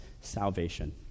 salvation